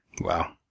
Wow